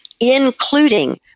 including